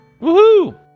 woohoo